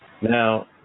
Now